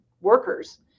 workers